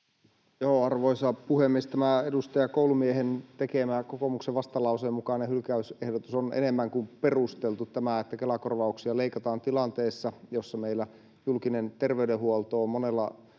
Arvoisa puhemies! Tämä edustaja Koulumiehen tekemä kokoomuksen vastalauseen mukainen hylkäysehdotus on enemmän kuin perusteltu. Tämä, että Kela-korvauksia leikataan tilanteessa, jossa meillä julkinen terveydenhuolto on monella